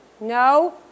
No